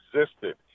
existed